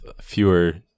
fewer